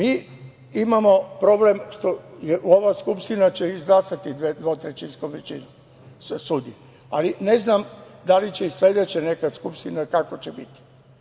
Imamo problem što će ova Skupština izglasati dvotrećinskom većinom sudije, ali ne znam da li će i neka sledeća Skupština - kako će biti.